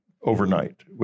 Overnight